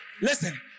listen